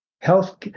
Health